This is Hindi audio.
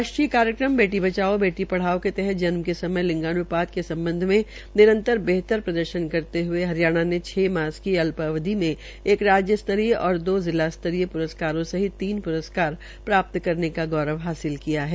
राष्ट्रीय कार्यक्रम बेटी बचाओ बेटी ेढ़ाओ के तहत जन्म के समय लिंगान् ात के सम्बन्ध में निरंतर बेहतर प्रदर्शन करते हुए युवा राज्य हरियाणा ने छ मास की अल् ावधि में एक राज्य स्तरीय और दो जिला स्तरीय रस्कारों सहित तीन रस्कार प्राप्त करने का गौरव हासिल किया है